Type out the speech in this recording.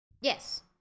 Yes